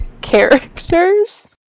characters